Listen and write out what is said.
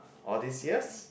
all these years